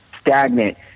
stagnant